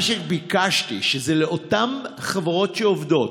מה שביקשתי הוא שלאותן חברות שעובדות